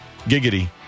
Giggity